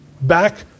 back